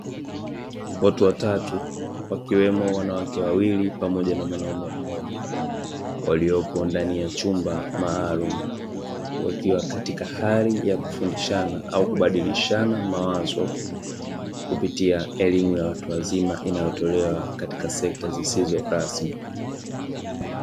Watu watatu wakiwemo wanawake wawili pamoja na mwanaume mmoja waliopo ndani ya chumba maalumu, wakiwa katika hali ya kufundishana au kubadilishana mawazo kupitia elimu ya watu wazima inayotolewa katika sekta zisizo rasmi.